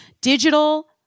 Digital